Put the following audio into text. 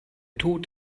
tod